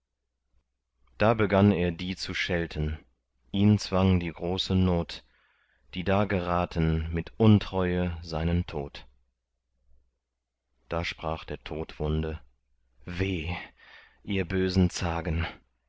da begann er die zu schelten ihn zwang die große not die da geraten mit untreue seinen tod da sprach der todwunde weh ihr bösen zagen